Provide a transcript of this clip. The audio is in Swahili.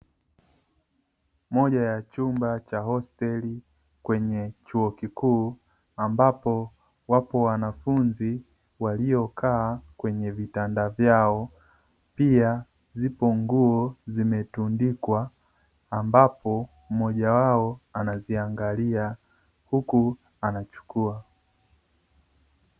Moja ya chumba cha hosteli kwenye chuo kikuu ambapo wapo wanafunzi waliokaa kwenye vitanda vyao, pia zipo nguo zimetundikwa ambapo mmoja wao anaziangalia huku anachukua.